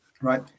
Right